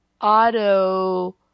auto